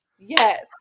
Yes